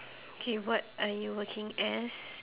okay what are you working as